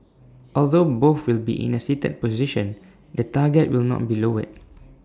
although both will be in A seated position the target will not be lowered